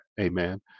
Amen